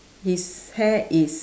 his hair is